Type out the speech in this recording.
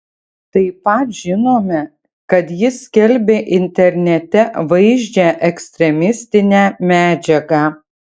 taip pat žinome kad jis skelbė internete vaizdžią ekstremistinę medžiagą